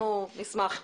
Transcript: אנחנו נשמח לקבל.